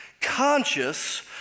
conscious